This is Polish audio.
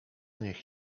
niech